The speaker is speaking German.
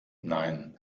nein